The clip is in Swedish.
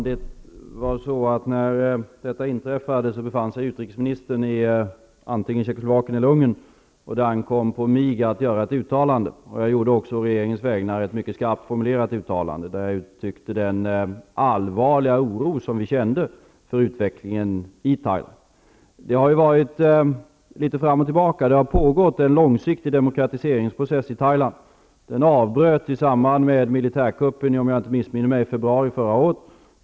Fru talman! När blodbadet inträffade befann sig utrikesministern antingen i Tjeckoslovakien eller i Ungern. Det ankom på mig att göra ett uttalande. Jag gjorde också å regeringens vägnar ett skarpt formulerat uttalande, där jag uttryckte den allvarliga oro regeringen kände för utvecklingen i Det har varit litet fram och tillbaka. Det har pågått en långsiktig demokratiseringsprocess i Thailand. Den avbröts i samband med militärkuppen -- om jag inte missminner mig -- i februari förra året.